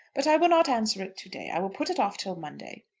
but i will not answer it to-day. i will put it off till monday.